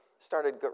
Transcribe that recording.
started